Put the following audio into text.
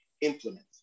implement